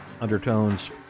undertones